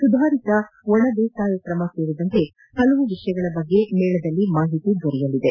ಸುಧಾರಿತ ಒಣ ದೇಸಾಯ ಕ್ರಮ ಸೇರಿದಂತೆ ಹಲವು ವಿಷಯಗಳ ಬಗ್ಗೆ ಮೇಳದಲ್ಲಿ ಮಾಹಿತಿ ದೊರೆಯಲಿದೆ